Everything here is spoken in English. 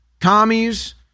commies